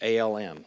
ALM